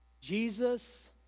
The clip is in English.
Jesus